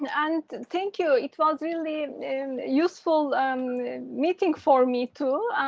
and and thank you. it was really useful and meeting for me, too,